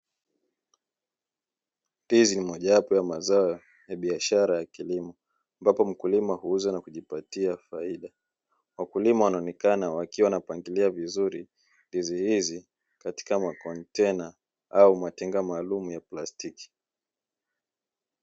Ndizi ni moja wapo ya mazao ya biashara ya kilimo ambapo mkulima huuza na kujipatia faida. Wakulima wanaonekana wakiwa wanapangilia vizuri ndizi hizi katika makontena au matenga maalumu ya plastiki.